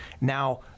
now